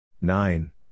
Nine